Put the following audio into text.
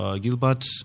Gilbert